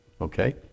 Okay